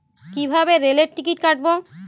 কিভাবে রেলের টিকিট কাটব?